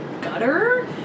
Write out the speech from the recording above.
gutter